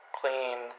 clean